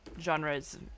genres